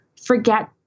forget